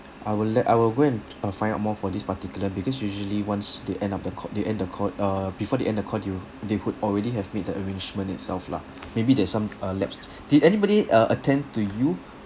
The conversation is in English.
I will let I will go and uh find out more for this particular because usually once the end of the ca~ they end the call uh before they end the call they will they would already have made the arrangement itself lah maybe there's some uh lapsed did anybody uh attend to you